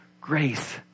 grace